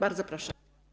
Bardzo proszę.